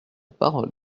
parole